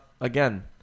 again